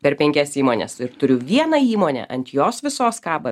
per penkias įmones ir turiu vieną įmonę ant jos visos kaba